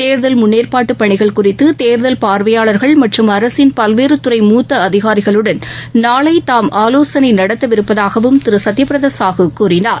தேர்தல் முன்னேற்பாடுபணிகள் குறித்துதேர்தல் பார்வையாளர்கள் மற்றும் அரசின் பல்வேறுதுறை மூத்தஅதிகாரிகளுடன் நாளைதாம் ஆலோசனைநடத்தவிருப்பதாகவும் திருசத்யபிரதசாஹூ கூறினார்